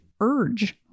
urge